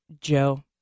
Joe